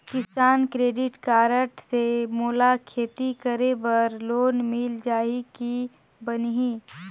किसान credit card से मोला खेती करे बर लोन मिल जाहि की बनही??